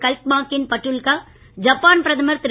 கல்ட்மாகீன் Battulga Japan பிரதமர் திரு